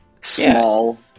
small